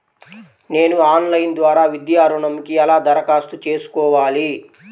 నేను ఆన్లైన్ ద్వారా విద్యా ఋణంకి ఎలా దరఖాస్తు చేసుకోవాలి?